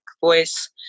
voice